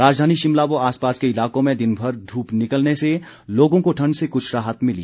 राजधानी शिमला व आसपास के ईलाकों में दिनभर धूप निकलने से लोगों को ठंड से कृछ राहत मिली